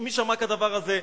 מי שמע כדבר הזה?